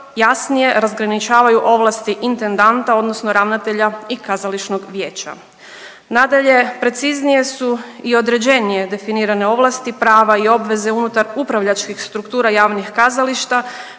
jasnije razgraničavaju ovlasti intendanta odnosno ravnatelja i kazališnog vijeća. Nadalje, preciznije su i određenije definirane ovlasti, prava i obveze unutar upravljačkih struktura javnih kazališta